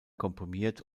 komprimiert